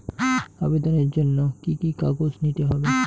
আবেদনের জন্য কি কি কাগজ নিতে হবে?